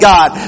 God